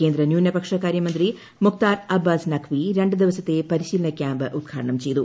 കേന്ദ്ര ന്യൂനപക്ഷ കാര്യമന്ത്രി മുഖ്ത്താർ അബ്ബാസ് നഖ്വി രണ്ട് ദിവസത്തെ പരിശീലന ക്യാമ്പ് ഉദ്ഘാടനം ചെയ്തു